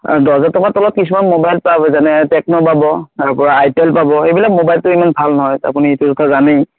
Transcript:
আৰু দহ হাজাৰ টকাৰ তলত কিছুমান মোবাইল পাব যেনে টেকন' পাব তাৰ পৰা আই টেল পাব এইবিলাক মোবাইলটো ইমান ভাল নহয় আপুনি এইটো কথা জানেই